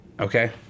Okay